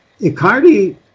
Icardi